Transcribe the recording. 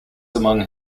among